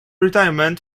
retirement